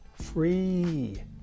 Free